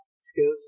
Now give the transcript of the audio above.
skills